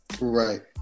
right